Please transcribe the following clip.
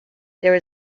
there